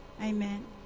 Amen